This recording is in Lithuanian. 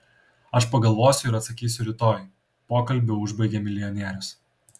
aš pagalvosiu ir atsakysiu rytoj pokalbį užbaigė milijonierius